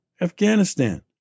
Afghanistan